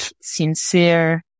sincere